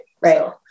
Right